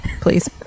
please